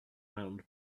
round